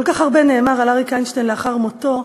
כל כך הרבה נאמר על אריק איינשטיין לאחר מותו.